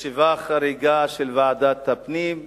ישיבה חריגה של ועדת הפנים,